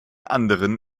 anderen